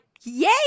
yay